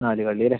നാല് കള്ളി അല്ലെ